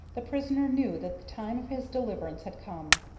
the prisoner knew that the time of his deliverance had come.